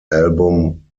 album